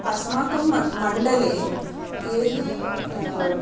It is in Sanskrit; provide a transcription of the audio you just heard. अस्माकं मण्डले ये ये